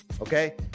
Okay